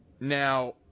Now